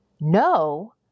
no